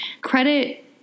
credit